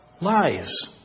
Lies